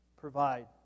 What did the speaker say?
provide